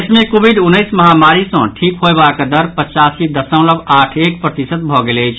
देश मे कोविड उन्नैस महामारी सँ ठीक होयबाक दर पचासी दशमलव आठ एक प्रतिशत भऽ गेल अछि